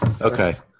Okay